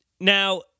Now